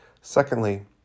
Secondly